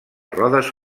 rodes